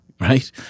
right